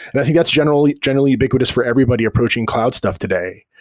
and i think that's generally generally ubiquitous for everybody approaching cloud stuff today.